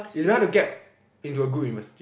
it's very hard to get into a good University